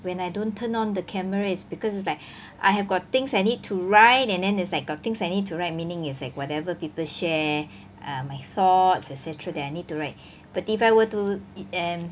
when I don't turn on the camera is because is like I have got things I need to write and then is like got things I need to write meaning is that whatever people share uh my thoughts et cetera that I need to write but if I were to um